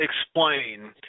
explain